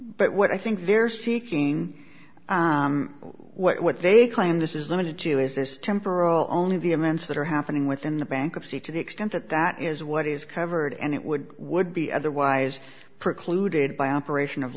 but what i think they're seeking what they claim this is limited to is this temporal only the amounts that are happening within the bankruptcy to the extent that that is what is covered and it would would be otherwise precluded by operation of